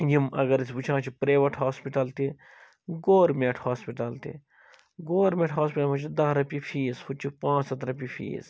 یِم اگر أسۍ وُچھان چھِ پرٛیویٹ ہاسپِٹَل تہِ گورمیٹھ ہاسپِٹَل تہِ گورمیٹھ ہاسپَٹَلَس مَنٛز چھِ دَہ رۄپیہِ فیٖس ہُتہِ چھِ پانٛژ ہتھ رۄپیہِ فیٖس